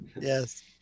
Yes